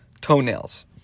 toenails